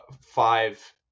Five